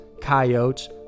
coyotes